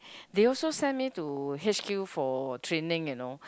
they also send me to h_q for training you know